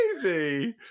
crazy